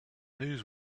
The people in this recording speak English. news